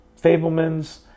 Fableman's